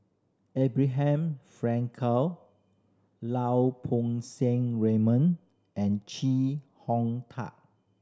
Abraham Frankel Lau Poo Seng Raymond and Chee Hong Tat